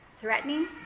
threatening